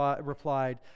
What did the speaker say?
replied